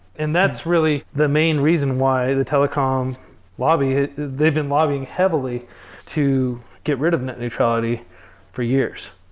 and that's really the main reason why the telecom lobby, they've been lobbying heavily to get rid of net neutrality for years.